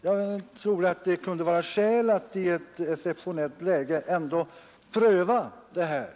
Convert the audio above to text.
Jag tror att det kunde vara motiverat att i ett exceptionellt läge ändå pröva förslaget.